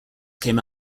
came